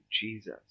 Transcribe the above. Jesus